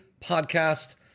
podcast